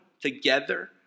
together